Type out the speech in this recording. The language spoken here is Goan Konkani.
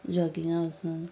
जॉगिंगां वसून